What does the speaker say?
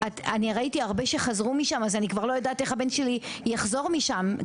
אני ראיתי הרבה שחזרו משם אז אני כבר לא יודעת איך הבן שלי יחזור משם,